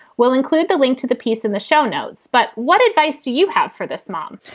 we'll include the link to the piece in the show notes. but what advice do you have for this mom?